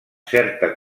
certa